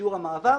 שיעור המעבר,